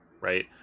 right